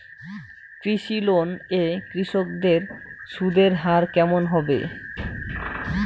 কৃষি লোন এ কৃষকদের সুদের হার কেমন হবে?